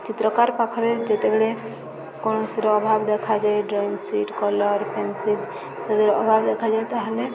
ଚିତ୍ରକାର ପାଖରେ ଯେତେବେଳେ କୌଣସିର ଅଭାବ ଦେଖାଯାଏ ଡ୍ରଇଂ ସିଟ୍ କଲର ପେନ୍ସିଲ୍ ଯଦି ଅଭାବ ଦେଖାଯାଏ ତାହେଲେ